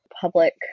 public